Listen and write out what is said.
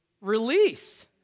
Release